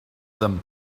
them